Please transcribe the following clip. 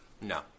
No